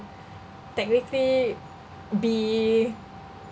technically be